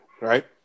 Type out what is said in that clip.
Right